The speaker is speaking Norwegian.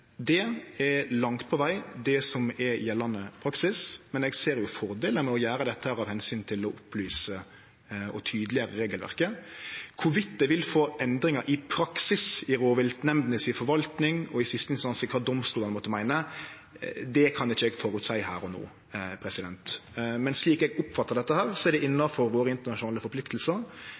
Det er langt på veg det som er gjeldande praksis, men eg ser jo fordelar med å gjere dette av omsyn til å opplyse og tydeleggjere regelverket. Om det vil få endringar i praksis i rovviltnemndene si forvalting og i siste instans i kva domstolane måtte meine, kan eg ikkje føreseie her og no. Men slik eg oppfattar dette, er det innanfor våre internasjonale